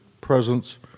presence